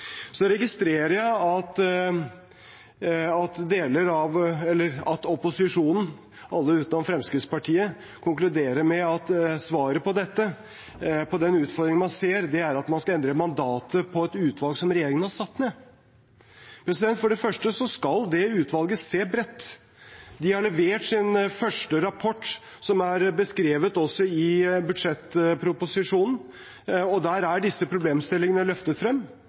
at opposisjonen – alle utenom Fremskrittspartiet – konkluderer med at svaret på den utfordringen man ser, er at man skal endre mandatet for et utvalg som regjeringen har satt ned. For det første skal det utvalget se bredt. De har levert sin første rapport, som er beskrevet i budsjettproposisjonen også, og der er disse problemstillingene løftet frem.